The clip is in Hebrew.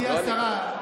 גברתי השרה,